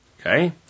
Okay